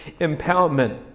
empowerment